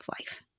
life